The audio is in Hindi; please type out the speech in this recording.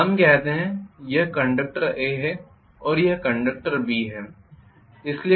हम कहते हैं कि यह कंडक्टर A है और यह कंडक्टर B है